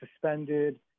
suspended